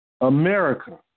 America